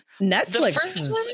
Netflix